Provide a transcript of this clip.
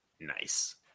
Nice